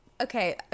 okay